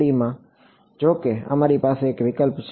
2D માં જો કે અમારી પાસે એક વિકલ્પ છે